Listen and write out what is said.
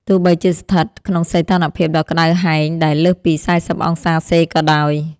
ទោះបីជាស្ថិតក្នុងសីតុណ្ហភាពដ៏ក្ដៅហែងដែលលើសពី ៤០ អង្សាសេក៏ដោយ។